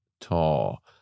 tall